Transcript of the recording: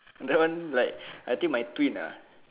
that one like I think my twin ah